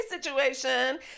situation